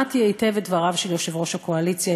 ושמעתי היטב את דבריו של יושב-ראש הקואליציה,